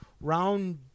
round